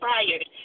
inspired